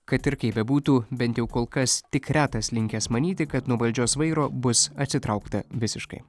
kad ir kaip bebūtų bent jau kol kas tik retas linkęs manyti kad nuo valdžios vairo bus atsitraukta visiškai